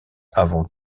avant